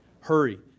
Hurry